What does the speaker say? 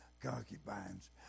concubines